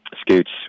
Scoots